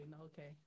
okay